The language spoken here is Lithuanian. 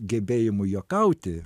gebėjimu juokauti